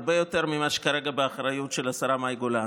הרבה יותר ממה שכרגע באחריות של השרה מאי גולן.